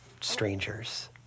strangers